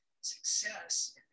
success